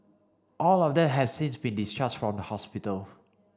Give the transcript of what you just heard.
all of them have since been discharged from the hospital